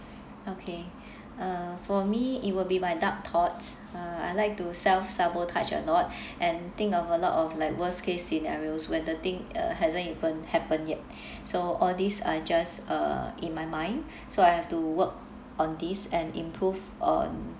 okay uh for me it will be my dark thoughts uh I like to self-sabotage a lot and think of a lot of like worst-case scenarios where the thing uh hasn't even happened yet so all these are just uh in my mind so I have to work on this and improve on